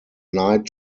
night